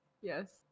Yes